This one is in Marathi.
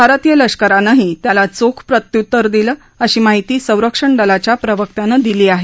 भारतीय लष्करानंही त्याला चोख प्रत्युत्तर दिलं अशी माहिती संरक्षण दलाच्या प्रवक्त्यानं दिली आहे